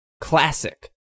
classic